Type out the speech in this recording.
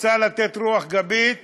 רצה לתת רוח גבית